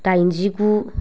दाइनजिगु